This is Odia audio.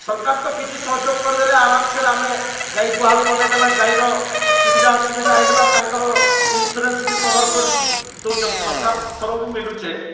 ସରକାର ତ କିଛି ସହଯୋଗ କରିଦେଲେ ଆରାମସେରେ ଆମେ ଗାଈ ଗୁହାଲ ବନେଇ ଦେେଲା ଗାଈର ସୁବିଧା ଅସୁବିଧା ହୋଇଗଲା ତାଙ୍କର ଇନ୍ସୁରାନ୍ସ ବି କଭର୍ କରି ଦେଉଛନ୍ ସରକାର ଥରରୁ ମିଲୁଛେ